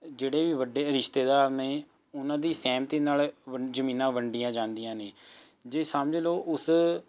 ਜਿਹੜੇ ਵੀ ਵੱਡੇ ਰਿਸ਼ਤੇਦਾਰ ਨੇ ਉਹਨਾਂ ਦੀ ਸਹਿਮਤੀ ਨਾਲ ਵ ਜ਼ਮੀਨਾਂ ਵੰਡੀਆਂ ਜਾਂਦੀਆਂ ਨੇ ਜੇ ਸਮਝ ਲਓ ਉਸ